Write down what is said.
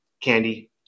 candy